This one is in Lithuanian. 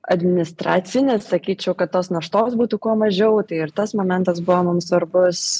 administracinis sakyčiau kad tos naštos būtų kuo mažiau tai ir tas momentas buvo mum svarbus